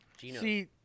See